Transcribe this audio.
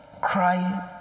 Cry